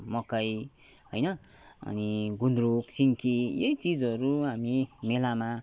मकै हैन अनि गुन्द्रुक सिन्की यी चिजहरू हामू मेलामा